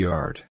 Yard